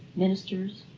ministers.